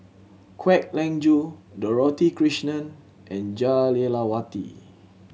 Kwek Leng Joo Dorothy Krishnan and Jah Lelawati